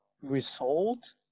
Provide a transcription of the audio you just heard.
result